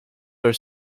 are